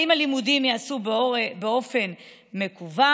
האם הלימודים ייעשו באופן מקוון?